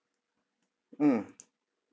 mm